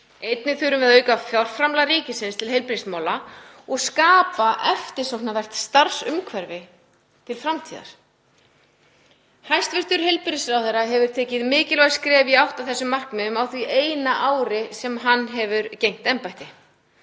Einnig þurfum við að auka fjárframlag ríkisins til heilbrigðismála og skapa eftirsóknarvert starfsumhverfi til framtíðar. Hæstv. heilbrigðisráðherra hefur tekið mikilvæg skref í átt að þessum markmiðum á því eina ári sem hann hefur gegnt embætti.